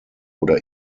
oder